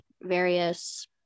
various